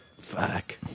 Fuck